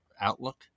outlook